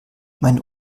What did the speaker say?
meine